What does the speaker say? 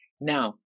Now